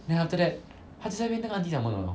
then after that 他就在那边跟那个 auntie 讲什么什么